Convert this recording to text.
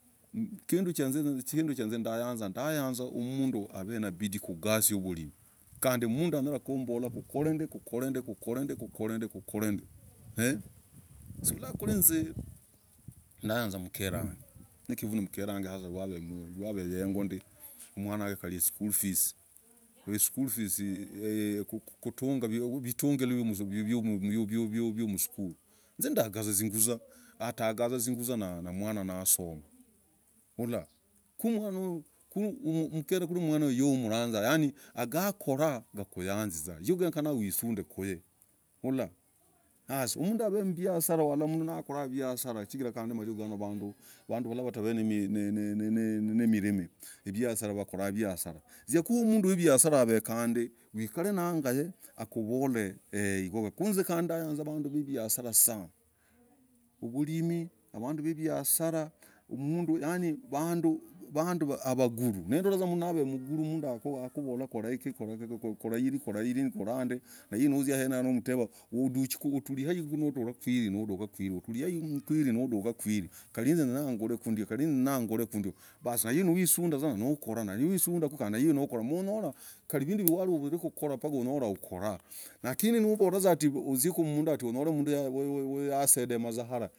Kinduu hinz, ndayanzaa mnduu av nabidii. kungasii yamlimii, kandi mnduu hayanzaa kurendii kurendii kurendii kurendii kurendii kurendii kurendii kurendii kurendii eeeee kwiri, hinz ndayanzaa mker wangee. mkivunah, mkere yag naveengoo ndiii, mwana hag nge school fee's kutungah. vitungiroh visukuli m eee hinz dagah zuguzah. atangaa. vunguzah namwanahngee. asomah. ku, mkere ngahuyo ndio umlangah, chigirah. ngaa. akorah ikuyazaa. ku, genyekana usundekuyee. ulah. basi mnduu nakorarah visharah ulorah mndu nakorarah visharah chigirah madikuu nganooh vanduu, vanduu. valah. watav!! Nenenenene, nimilimi. ivisarah wakorah viasarah zizakuyuu mnduu visharah hav kandii. ukarenayeakuvol. ee igwo. kuu hinz ndayanzaa vanduu viasarah sana. ugwimii wanduu waviasarah mnduu. mm. Yani, yani yani, vunduu mguruu nindolah mnduu akuvolah korahikii korahikii korandii korandii, naiv uzia uteve. utuliahi nodukahwiri. nodukahwiri. nodukahwiri. kalihinz neenyah gorekuu ndio, kalii hinz ndenyaah korekundio basi, naiv usundah mvuzaah nokorah kali iv nosundaa nokorah ukore. pakah, unyolah, ukorahku, lakini. hunyol mnduu akusendemah vuzaa hara.